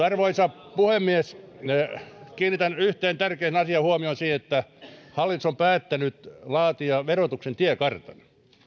arvoisa puhemies kiinnitän huomion yhteen tärkeään asiaan siihen että hallitus on päättänyt laatia verotuksen tiekartan